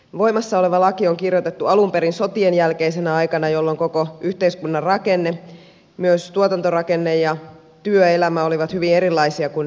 voimassa oleva laki on kirjoitettu alun perin sotien jälkeisenä aikana jolloin koko yhteiskunnan rakenne myös tuotantorakenne ja työelämä olivat hyvin erilaisia kuin nykyisin